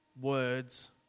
words